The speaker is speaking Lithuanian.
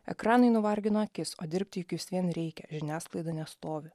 ekranai nuvargino akis o dirbti juk vis vien reikia žiniasklaida nestovi